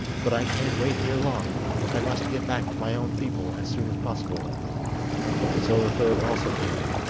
but i can't wait here long i must get back to my own people as soon as possible so the third also came in,